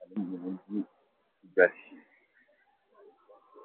ari mu mujyi gashi.